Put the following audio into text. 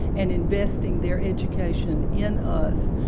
and investing their education in us,